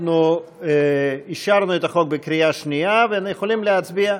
אנחנו אישרנו את החוק בקריאה שנייה ואנחנו יכולים להצביע,